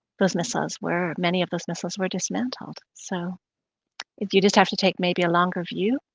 those missiles were many of those missiles were dismantled. so if you just have to take maybe a longer view.